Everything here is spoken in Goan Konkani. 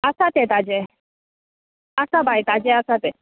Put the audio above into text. आसा ते ताजे आसा बाय ताजे आसा ते